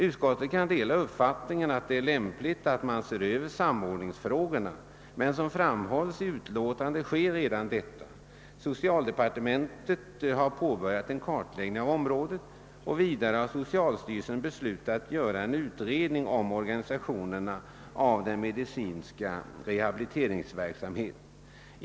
Utskottet kan dela uppfattningen att det är lämpligt att man ser över samordningsfrågorna, men som framhålls i utlåtandet sker redan detta. Socialdepartementet har påbörjat en kartläggning av området, och vidare har socialstyrelsen beslutat göra en utredning om organisationen av den medicinska rehabiliteringsverksamheten.